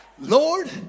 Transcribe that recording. lord